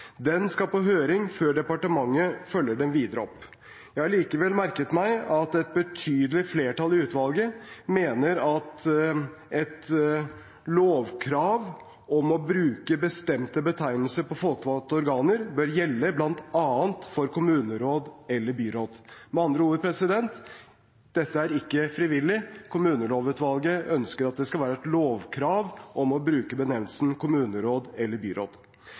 Den skal på høring før departementet følger den videre opp. Jeg har likevel merket meg at et betydelig flertall i utvalget mener at et lovkrav om å bruke bestemte betegnelser på folkevalgte organer bør gjelde bl.a. for kommuneråd eller byråd. Med andre ord – dette er ikke frivillig. Kommunelovutvalget ønsker at det skal være et lovkrav om å bruke benevnelsen «kommuneråd» eller